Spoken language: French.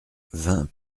vingt